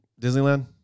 disneyland